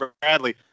Bradley